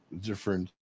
different